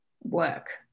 work